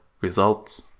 results